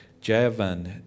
Javan